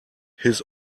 his